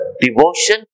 devotion